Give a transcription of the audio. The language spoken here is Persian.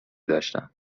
داشتم